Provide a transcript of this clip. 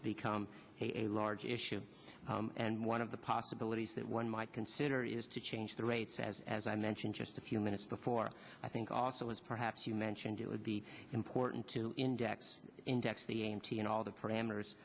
to become a large issue and one of the possibilities that one might consider is to change the rates as as i mentioned just a few minutes before i think also as perhaps you mentioned it would be important to index index the a m t and all the parameters